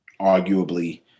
arguably